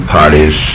parties